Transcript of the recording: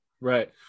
right